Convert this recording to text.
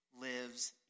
lives